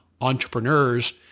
entrepreneurs